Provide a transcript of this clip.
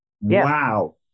Wow